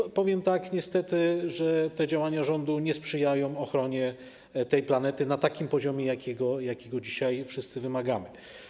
I powiem tak: niestety te działania rządu nie sprzyjają ochronie tej planety na takim poziomie, jakiego dzisiaj wszyscy wymagamy.